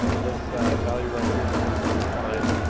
this value right here becomes undefined,